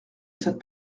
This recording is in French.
cette